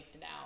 now